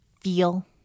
feel